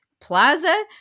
plaza